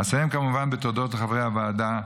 אסיים כמובן בתודות לחברי הוועדה,